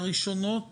הראשונות